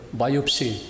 biopsy